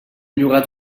llogat